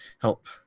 help